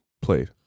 played